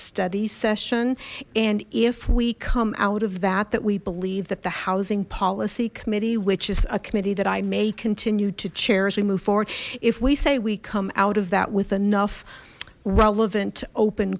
study session and if we come out of that that we believe that the housing policy committee which is a committee that i may continue to chair as we move forward if we say we come out of that with enough relevant open